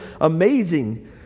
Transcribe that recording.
amazing